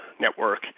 network